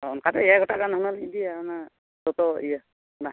ᱚ ᱚᱱᱠᱟ ᱛᱮᱜᱮ ᱜᱚᱴᱟ ᱜᱟᱱ ᱦᱩᱱᱟᱹᱝ ᱞᱤᱧ ᱤᱫᱤᱭᱟ ᱚᱱᱟ ᱫᱚᱛᱚ ᱤᱭᱟᱹ ᱚᱱᱟ